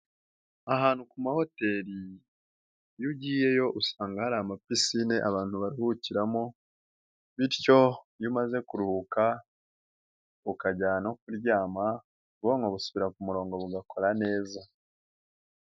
Ahantu ku mahoteri iyo ugiyeyo usanga hari amapisine abantu baruhukiramo bityo iyo umaze kuruhuka ukajya no kuryama ubwonko busubira ku murongo bugakora neza.